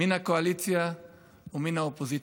מן הקואליציה ומן האופוזיציה,